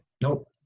nope